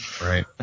right